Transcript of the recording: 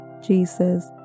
Jesus